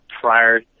prior